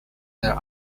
there